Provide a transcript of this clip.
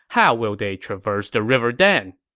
how will they traverse the river then?